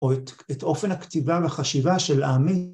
‫או את אופן הכתיבה והחשיבה של עמי.